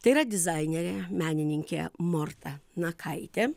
tai yra dizainerė menininkė morta nakaitė